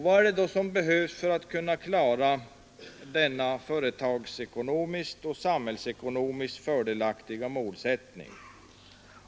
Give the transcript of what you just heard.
Vad behövs då för att man skall kunna klara denna företagsekonomiskt och samhällsekonomiskt fördelaktiga målsättning?